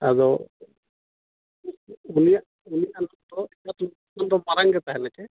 ᱟᱫᱚ ᱩᱱᱤᱭᱟᱜ ᱢᱟᱨᱟᱝ ᱜᱮ ᱛᱟᱦᱮᱱᱟ ᱥᱮ